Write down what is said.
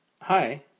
Hi